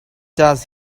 does